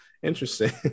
Interesting